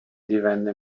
divenne